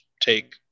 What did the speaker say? take